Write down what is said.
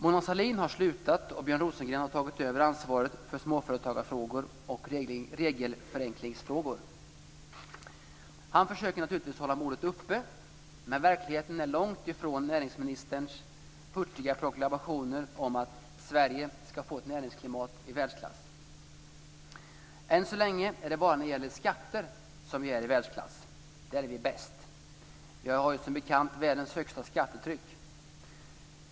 Mona Sahlin har slutat och Björn Rosengren har tagit över ansvaret för småföretagarfrågor och regelförenklingsfrågor. Han försöker naturligtvis hålla modet uppe. Men verkligheten är långt ifrån näringsministerns hurtiga proklamationer om att Sverige ska få ett näringsklimat i världsklass. Än så länge är det bara när det gäller skatter som vi är i världsklass. Där är vi bäst. Vi har ju som bekant världens högsta skattetryck.